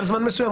מעל זמן מסוים,